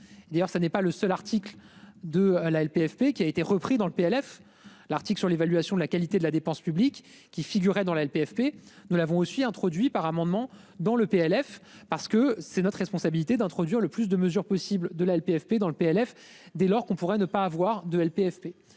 D'ailleurs ça n'est pas le seul article de à la LPFP qui a été repris dans le PLF, l'article sur l'évaluation de la qualité de la dépense publique qui figuraient dans la LPFP. Nous l'avons aussi introduit par amendement dans le PLF parce que c'est notre responsabilité d'introduire le plus de mesures possibles de la LPFP dans le PLF dès lors qu'on pourrait ne pas avoir de LPFP